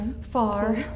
Far